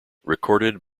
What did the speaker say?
recorded